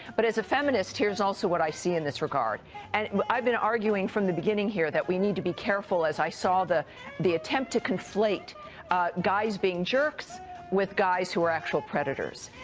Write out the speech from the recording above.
but as a feminist, here's also what i see in this regard and i've been arguing from the beginning here that we need to be careful as i saw the the attempt to conflate guys being jerks with guys that are actual predators.